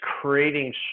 creating